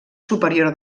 superior